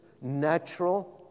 natural